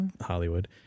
Hollywood